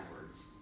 words